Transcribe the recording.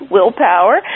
Willpower